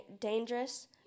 dangerous